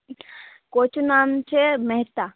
કોચનું નામ છે મહેતા